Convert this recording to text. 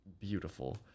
beautiful